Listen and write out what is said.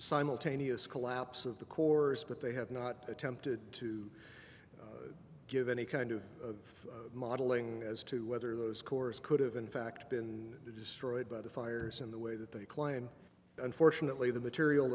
simultaneous collapse of the cores but they have not attempted to give any kind of modeling as to whether those cores could have in fact been destroyed by the fires in the way that they claim unfortunately the material